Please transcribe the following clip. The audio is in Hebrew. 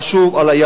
של הירוק,